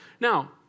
Now